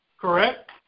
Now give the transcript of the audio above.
correct